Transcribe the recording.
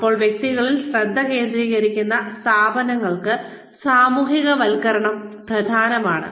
ഇപ്പോൾ വ്യക്തികളിൽ ശ്രദ്ധ കേന്ദ്രീകരിക്കുന്ന സ്ഥാപനങ്ങൾക്ക് സാമൂഹികവൽക്കരണം പ്രധാനമാണ്